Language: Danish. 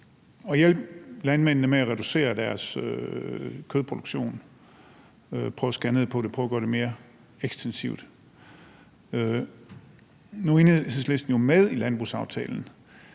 hjælpe landmændene med at reducere deres kødproduktion, prøve at skære ned på det og prøve at gøre det mere ekstensivt. Nu er Enhedslisten jo med i landbrugsaftalen,